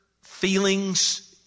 feelings